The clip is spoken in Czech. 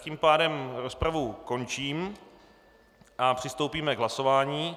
Tím pádem rozpravu končím a přistoupíme k hlasování.